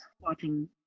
watching